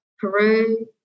Peru